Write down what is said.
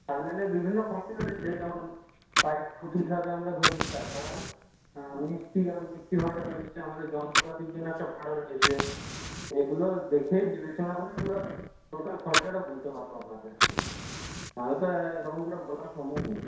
pipe লাইনের বিভিন্ন আছে যেমন পাইপ ফুট হিসাবে আমরা ধরি তাছাড়াও মিস্ত্রি যেমন মিস্ত্রি ভাড়াটা রয়েছে আমাদের জল খাবারের জন্যে একটা ভাড়া রয়েছে এগুলো দেখে বিবেচনা করে আমরা টোটাল খরচাটা বলতে পারব আপনাকে আর কি না হলে তো এরকম করে বলা সম্ভব নয়